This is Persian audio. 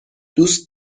دوست